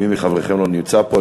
אם מי מחבריכם לא נמצא פה,